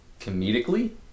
Comedically